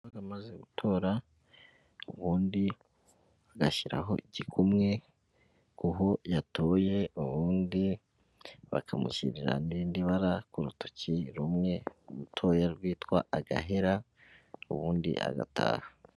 Amaze gutora, ubundi agashyiraho igikumwe kuho yatoye, ubundi bakamushyirira n'irindi bara ku rutoki rumwe rutoya rwitwa agahera, ubundi agataha.